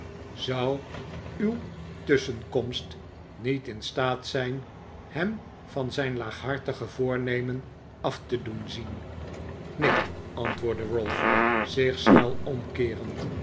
zou uw tussclienkomst niet in staat zijn hem van zijn laaghartige voornemen af te doen zien neen antwoordde ralph zich snel omkeerend